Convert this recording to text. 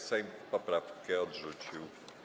Sejm poprawkę odrzucił.